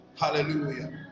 Hallelujah